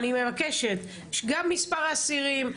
אני מבקשת שגם מספר האסירים,